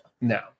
No